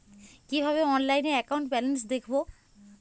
কিভাবে অনলাইনে account balance দেখবো?